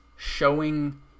showing